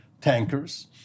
tankers